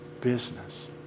business